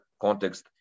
context